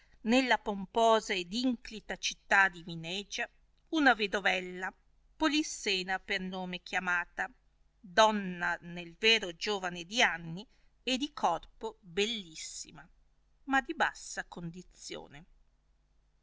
nella pomposa ed inclita città di vinegia una vedovella polissena per nome chiamata donna nel vero giovane di anni e di corpo bellissima ma di bassa condizione